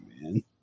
man